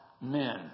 men